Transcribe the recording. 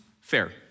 fair